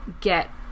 get